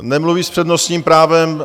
Nemluví s přednostním právem.